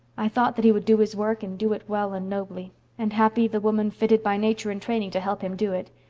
i thought that he would do his work and do it well and nobly and happy the woman fitted by nature and training to help him do it.